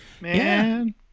Man